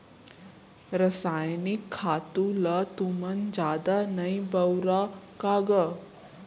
रसायनिक खातू ल तुमन जादा नइ बउरा का गा?